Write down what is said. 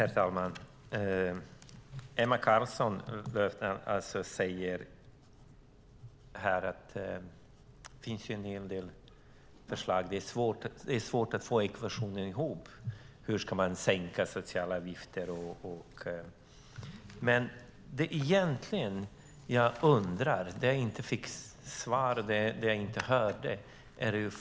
Herr talman! Emma Carlsson Löfdahl säger att det finns en hel del förslag. Det är svårt att få ekvationen att gå ihop beträffande hur man ska sänka socialavgifter och annat.